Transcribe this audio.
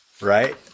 Right